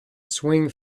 swing